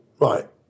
right